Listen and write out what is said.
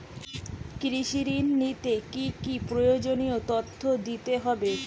কৃষি ঋণ নিতে কি কি প্রয়োজনীয় তথ্য দিতে হবে?